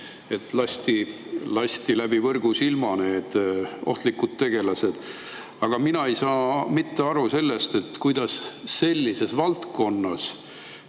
et lasti läbi võrgusilma need ohtlikud tegelased. Aga mina ei saa aru sellest, kuidas sellises valdkonnas,